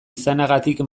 izanagatik